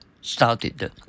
started